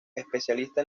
especialista